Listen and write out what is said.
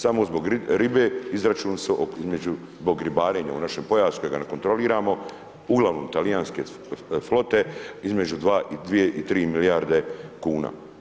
Samo zbog ribe izračuni su, zbog ribarenja u našem pojasu jer ga ne kontroliramo, uglavnom talijanske flote između 2 i 3 milijarde kuna.